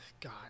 God